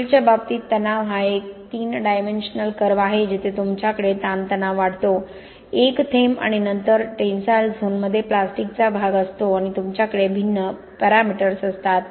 स्टीलच्या बाबतीत तणाव हा एक तीन डायमेन्शनल कर्व्ह आहे जेथे तुमच्याकडे ताणतणाव वाढतो एक थेंब आणि नंतर टेनसाईल झोनमध्ये प्लास्टिकचा प्रदेश असतो आणि तुमच्याकडे भिन्न मापदंड असतात